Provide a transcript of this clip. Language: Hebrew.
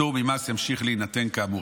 הפטור ממס ימשיך להינתן, כאמור.